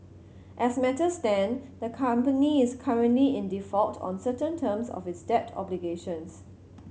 as matters stand the company is currently in default on certain terms of its debt obligations